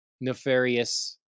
nefarious